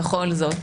בכל זאת.